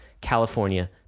California